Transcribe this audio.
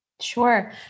Sure